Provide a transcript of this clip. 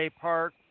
Park